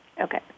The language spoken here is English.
Okay